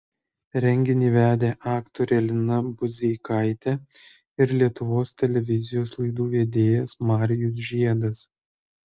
renginį vedė aktorė lina budzeikaitė ir lietuvos televizijos laidų vedėjas marijus žiedas